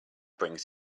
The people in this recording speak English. brings